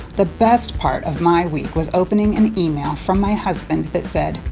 the best part of my week was opening an email from my husband that said,